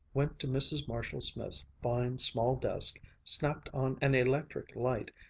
went to mrs. marshall-smith's fine, small desk, snapped on an electric light,